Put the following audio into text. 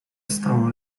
stało